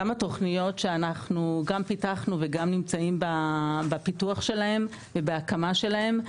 כמה תוכניות שאנחנו גם פיתחנו וגם נמצאים בפיתוח שלהן ובהקמה שלהן,